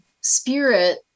spirit